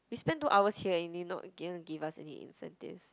we spent two hours here eh and they didn't give us any incentives